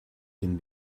can